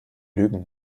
lügen